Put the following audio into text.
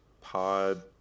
pod